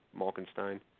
Malkinstein